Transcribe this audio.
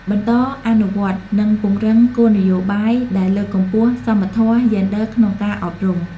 បន្តអនុវត្ត និងពង្រឹងគោលនយោបាយដែលលើកកម្ពស់សមធម៌យេនឌ័រក្នុងការអប់រំ។